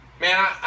Man